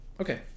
Okay